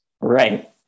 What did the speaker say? Right